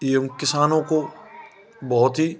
यह उन किसानों को बहुत ही